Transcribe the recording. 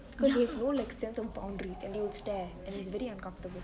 because they don't have sense of boundaries and they would stare and it's very uncomfortable